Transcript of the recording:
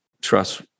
trust